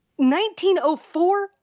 1904